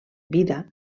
vida